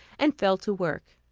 and fell to work.